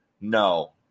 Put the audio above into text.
no